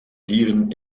dieren